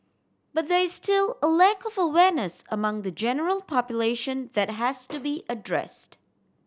but there is still a lack of awareness among the general population that has to be addressed